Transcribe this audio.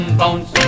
bones